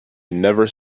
never